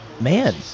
Man